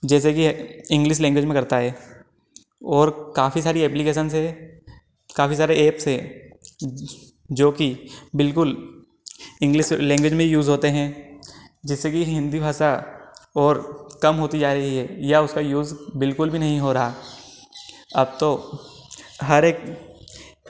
जैसे कि English language में करता है और काफ़ी सारी एप्लीकेशन्स हैं काफ़ी सारे ऐप्स हैं जो कि बिल्कुल इंग्लिश लैंग्वेज में यूज़ होते हैं जैसे कि हिंदी भाषा और कम होती जा रही है या उसका यूज़ बिल्कुल भी नहीं हो रहा है अब तो हर एक